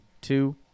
two